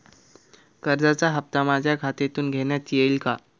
कर्जाचा हप्ता माझ्या खात्यातून घेण्यात येईल का?